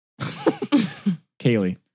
Kaylee